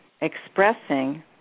expressing